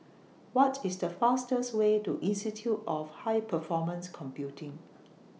What IS The fastest Way to Institute of High Performance Computing